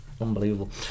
unbelievable